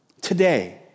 Today